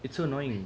it's so annoying